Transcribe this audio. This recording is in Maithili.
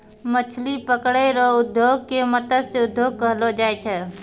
मछली पकड़ै रो उद्योग के मतस्य उद्योग कहलो जाय छै